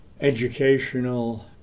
educational